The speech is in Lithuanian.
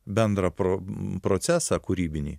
bendrą pro procesą kūrybinį